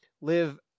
live